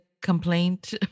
complaint